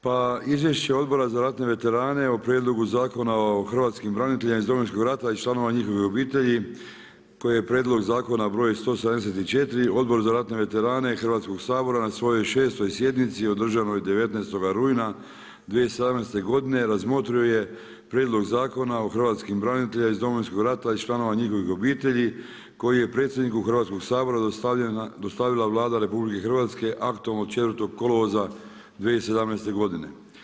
Pa izvješće Odbora za ratne veterane o prijedlogu Zakona o hrvatskim braniteljima iz Domovinskog rata i članova njihovih obitelji koji je prijedlog zakona broj 174, Odbor za ratne veterane Hrvatskog sabora na svojoj 6. sjednici održanoj 19. rujna 2017. godine razmotrio je prijedlog Zakona o hrvatskim braniteljima iz Domovinskog rata i članova njihovih obitelji koje je predsjedniku Hrvatskog sabora dostavila Vlada RH aktom od 4. kolovoza 2017. godine.